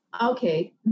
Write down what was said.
Okay